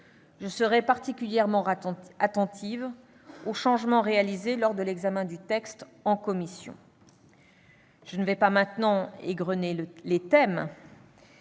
je serai particulièrement attentive aux changements réalisés lors de l'examen du texte en commission. Je ne vais pas égrener les thèmes